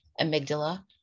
amygdala